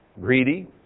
greedy